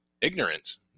ignorance